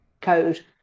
Code